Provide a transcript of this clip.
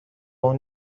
اون